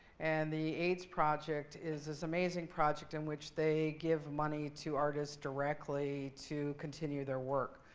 and the aids project is this amazing project in which they give money to artists directly to continue their work.